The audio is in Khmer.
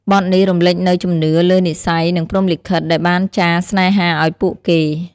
បទនេះរំលេចនូវជំនឿលើនិស្ស័យនិងព្រហ្មលិខិតដែលបានចារស្នេហាឲ្យពួកគេ។